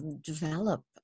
Develop